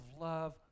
love